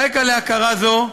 הרקע להכרה זו,